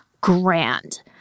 grand